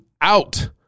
out